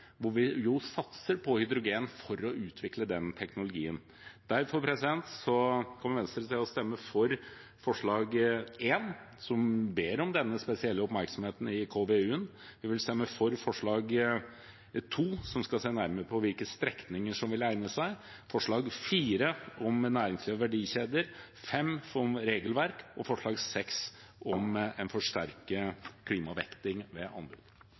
hvor vi jo satser på hydrogen for å utvikle den teknologien. Derfor kommer Venstre til å stemme for forslag nr. 1, som ber om denne spesielle oppmerksomheten i KVU-en, vi vil stemme for forslag nr. 2, der en ber om at man skal se nærmere på hvilke strekninger som vil egne seg, forslag nr. 4, om næringsliv og verdikjeder, forslag nr. 5, om regelverk og forslag nr. 6, om en forsterket klimavekting ved anbud.